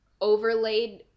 overlaid